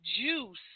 juice